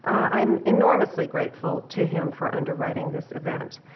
i'm enormously grateful to him for underwriting this event.